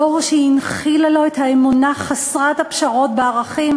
דור שהיא הנחילה לו את האמונה חסרת הפשרות בערכים,